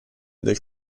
del